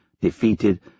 defeated